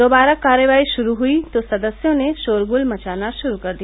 दोबारा कार्यवाही ग्रुरू हुई तो सदस्यों ने शोर गुल मचाना शुरू कर दिया